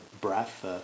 breath